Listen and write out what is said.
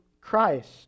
Christ